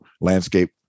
landscape